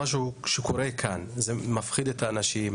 מה שקורה כאן זה מפחיד את האנשים,